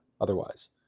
otherwise